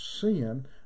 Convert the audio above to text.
sin